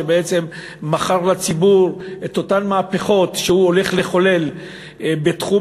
שבעצם מכר לציבור את אותן מהפכות שהוא הולך לחולל בתחום